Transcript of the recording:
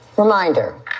Reminder